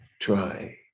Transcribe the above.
try